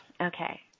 okay